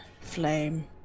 flame